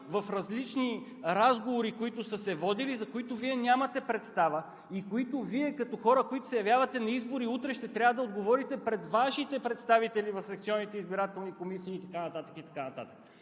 в различни разговори, които са се водили, за които Вие нямате представа и които Вие като хора, които се явявате на избори, утре ще трябва да отговорите пред Вашите представители в секционните избирателни комисии и така нататък,